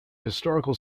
historical